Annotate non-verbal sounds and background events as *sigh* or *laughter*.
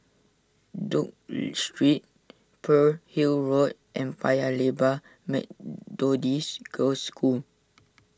Duke *hesitation* Street Pearl's Hill Road and Paya Lebar Methodist Girls' School